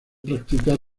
practicar